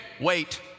wait